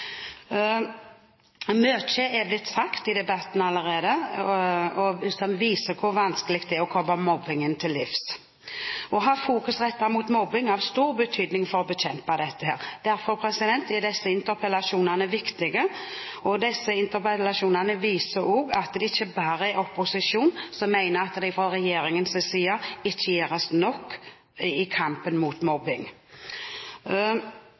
er blitt sagt i debatten allerede som viser hvor vanskelig det er å komme mobbing til livs. Å ha fokus rettet mot mobbing har stor betydning for å bekjempe dette. Derfor er disse interpellasjonene viktige. De viser også at det ikke bare er opposisjonen som mener at det fra regjeringens side ikke gjøres nok i kampen mot